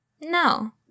no